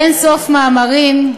אין-סוף מאמרים,